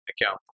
account